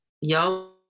Y'all